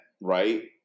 Right